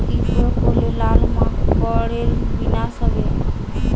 কি প্রয়োগ করলে লাল মাকড়ের বিনাশ হবে?